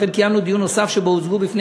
לכן קיימנו דיון נוסף שבו הוצגו בפני